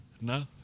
No